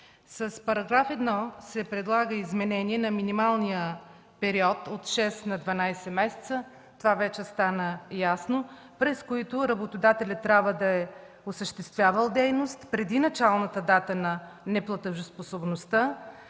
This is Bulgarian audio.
С § 1 се предлага изменение на минималния период от 6 на 12 месеца – това вече стана ясно, през които работодателят трябва да е осъществявал дейност преди началната дата на неплатежоспособността